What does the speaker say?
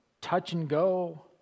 touch-and-go